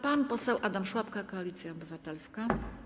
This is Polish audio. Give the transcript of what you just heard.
Pan poseł Adam Szłapka, Koalicja Obywatelska.